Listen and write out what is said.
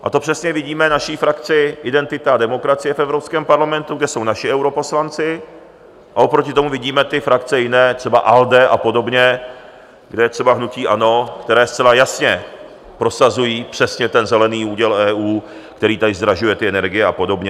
A to přesně vidíme naši frakci Identita a demokracie v Evropském parlamentu, kde jsou naši europoslanci a oproti tomu vidíme ty jiné frakce, třeba ALDE a podobně, kde je třeba hnutí ANO, které zcela jasně prosazují přesně ten zelený úděl EU, který tady zdražuje ty energie a podobně.